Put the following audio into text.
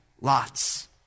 lots